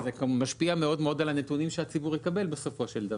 וזה משפיע מאוד על הנתונים שהציבור יקבל בסופו של דבר.